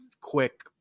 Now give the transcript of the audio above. quick